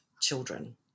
children